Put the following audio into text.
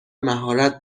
مهارت